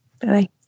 -bye